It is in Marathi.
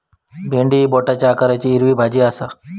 भेंडी ही बोटाच्या आकाराची हिरवी भाजी आसा